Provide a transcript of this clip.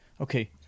Okay